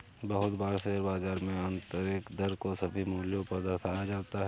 बहुत बार शेयर बाजार में आन्तरिक दर को सभी मूल्यों पर दर्शाया जाता है